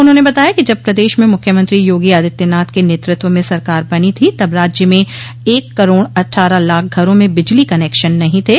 उन्होंने बताया कि जब प्रदेश में मुख्यमंत्री योगी आदित्यनाथ के नेतृत्व में सरकार बनी थी तब राज्य में एक करोड़ अट्ठारह लाख घरों में बिजली कनेक्शन नहीं थे